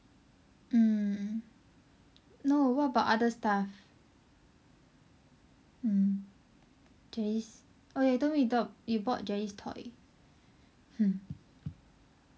mm no what about other stuff mm jelly oh ya you told me you bought jelly's toy hmm